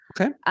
Okay